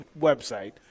website